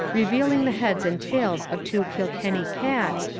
revealing the heads and tails of two kilkenny cats,